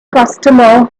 customer